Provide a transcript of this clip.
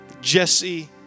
Jesse